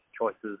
choices